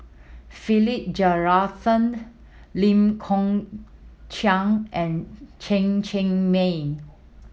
Philip Jeyaretnam Lee Kong Chian and Chen Cheng Mei